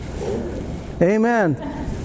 Amen